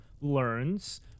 learns